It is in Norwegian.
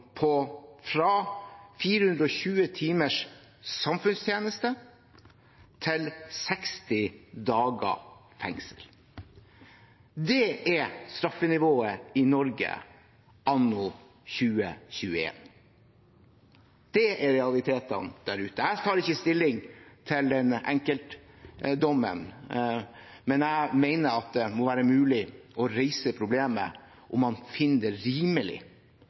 på fra 420 timers samfunnstjeneste til 60 dagers fengsel. Det er straffenivået i Norge anno 2021. Det er realitetene der ute. Jeg tar ikke stilling til den enkeltdommen, men jeg mener at det må være mulig å reise spørsmålet om man finner det rimelig